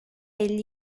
elli